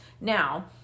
now